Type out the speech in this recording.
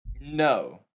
No